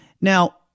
Now